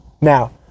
Now